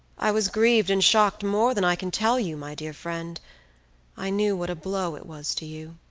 i was grieved and shocked more than i can tell you, my dear friend i knew what a blow it was to you.